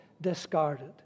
discarded